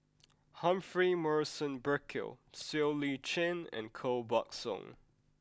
Humphrey Morrison Burkill Siow Lee Chin and Koh Buck Song